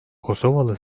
kosovalı